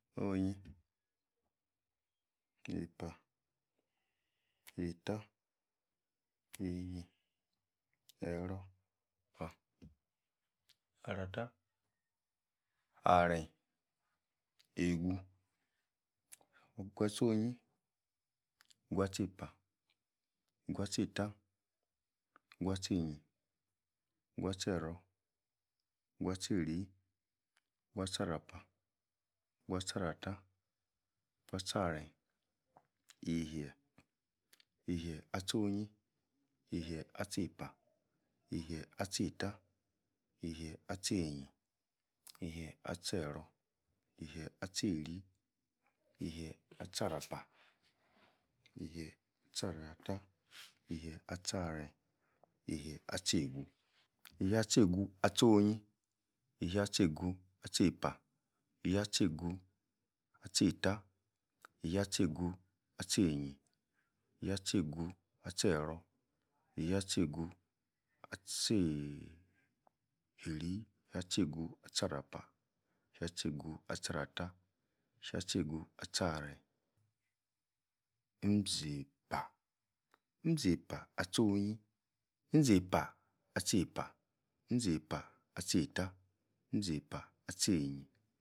Oh-nyi, epiah, eittah, einyi, eror, eiri, arapah, arattah arren, egu Egu-ah-tchohn-nyi, egu-ah-tcheipa, egu-ah-tcheitah, egu-ah-echei-nyi-egu-ah-tcheror-egu-ah-tcheiri egu-ah-tcha-rapa, egu ah-tcharatah. egu-ah-tcharen. E-hie, e-hie-ah-tcho'hn-nyi, e-hie-ah-tcheipa, e-hie-ah-tchei-eetah, e-hie-ah-tchei-nyi, e-hie-ah-tche-rror, e-hie-ah-tcheiri, e-hie-ah-tcharapa, e-hie-ah-tcharata, e-hie-ah-tcha-arenyi, e-hie-ah-tchei-gu, e-hie-ah-tchei-gu-ah-tcho'hn-onyi e-hie-ah-tcheigu-ah-tcheipa, e-hie-ah-tcheittah e-hei-ah-tcheigu-ah-tchei-nyi, e-hei-ah-tceigu-ah-tche-rror, e-hei-ah-tcheigu-ah-tcheiii-eri, e-hei-ah-tcheigu-ah-tcha-rapa, e-hei-ah-tcheigu-ah-tcharattah e-hei-ah-tcheigu-ah-tcha-aren, mzi-eipa, mzi-eipa-ah-tcho'hn-onyi, mzi-eopa-ah-tchei-eipa, mzi-eipa-ah-tchei-ettah, mzi-eipa-ah-tchei-einyi